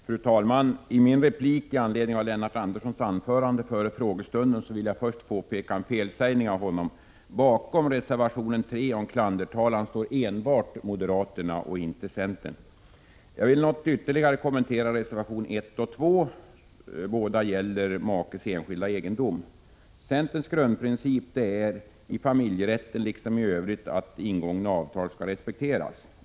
Fru talman! I min replik med anledning av Lennart Anderssons anförande före frågestunden vill jag först påpeka att han på en punkt sade fel. Bakom reservation 3 om klandertalan står enbart moderaterna — inte centern. Jag vill något ytterligare kommentera reservationerna 1 och 2. Båda gäller makes enskilda egendom. Centerns grundläggande princip är — i familjerätten liksom i övrigt — att ingångna avtal skall respekteras.